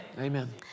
Amen